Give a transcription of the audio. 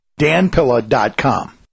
danpilla.com